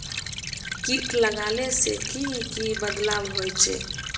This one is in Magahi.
किट लगाले से की की बदलाव होचए?